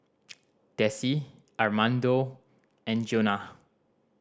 Dessie Armando and Jonah